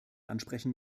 ansprechen